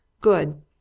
Good